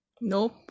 Nope